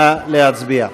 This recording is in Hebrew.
נא להצביע.